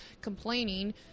complaining